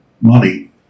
money